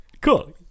Cool